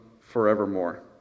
forevermore